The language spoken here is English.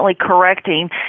correcting